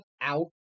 out